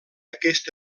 aquest